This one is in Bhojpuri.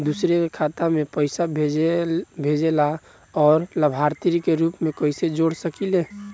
दूसरे के खाता में पइसा भेजेला और लभार्थी के रूप में कइसे जोड़ सकिले?